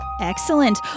Excellent